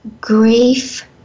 grief